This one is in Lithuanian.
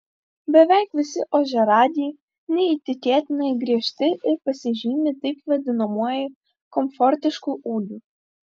beveik visi ožiaragiai neįtikėtinai griežti ir pasižymi taip vadinamuoju komfortišku ūgiu